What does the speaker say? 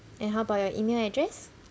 and how about your email address